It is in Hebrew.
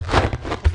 יש